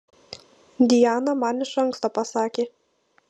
diana man iš anksto pasakė